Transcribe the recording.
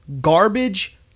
garbage